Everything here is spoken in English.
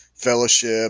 fellowship